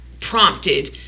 prompted